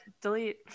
delete